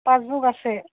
পাঁচবুক আছে